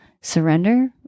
surrender